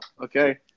okay